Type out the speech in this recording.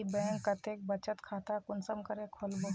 ती बैंक कतेक बचत खाता कुंसम करे खोलबो?